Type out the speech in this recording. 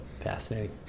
Fascinating